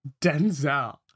Denzel